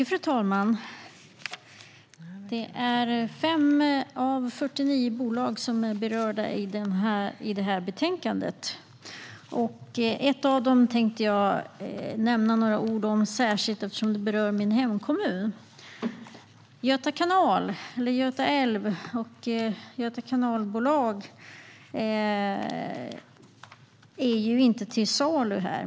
Fru talman! Det är 5 av 49 bolag som är berörda i detta betänkande. Ett av dem tänkte jag särskilt nämna några ord om, eftersom det berör min hemkommun. Göta älv och Göta kanalbolag är inte till salu.